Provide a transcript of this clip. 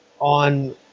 on